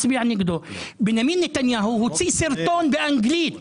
בנימין נתניהו הוציא סרטון באנגלית.